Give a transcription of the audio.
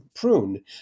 prune